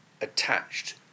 Attached